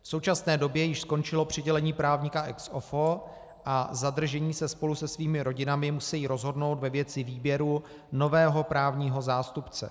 V současné době již skončilo přidělení právníka ex offo a zadržení se spolu se svými rodinami musejí rozhodnout ve věci výběru nového právního zástupce.